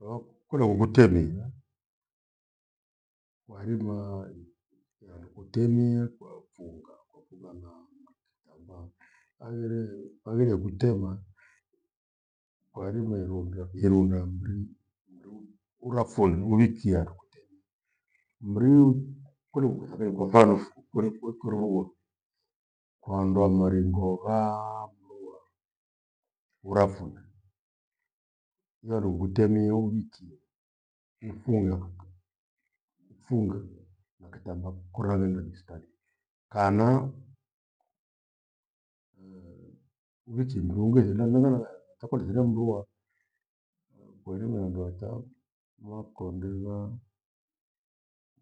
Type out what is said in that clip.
Lua kule kukutemia, wairima ya- ndukutemie kwafunga, kwafunga na- na kitambaa haghire haghire kutema kwairima irughia hirunda mri- indu urafonu unikia ndukutenyi. Mri khole kukuthavei kwa sarufi kole- kole huwa kwa handu wamaringo hovaa mnduwa kurafuni nihandu kukutemie uwikie iphunya ifunga na kitambaa kuraghenda bistali kanaa. Vichimndu ngethila langana lala takwua nitherie mrua kwairima handua hatamu makondelaa.